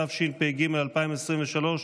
התשפ"ג 2023,